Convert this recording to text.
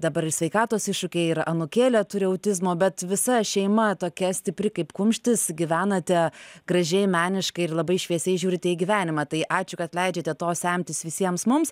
dabar sveikatos iššūkiai ir anūkėlė turi autizmo bet visa šeima tokia stipri kaip kumštis gyvenate gražiai meniškai ir labai šviesiai žiūrite į gyvenimą tai ačiū kad leidžiate to semtis visiems mums